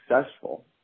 successful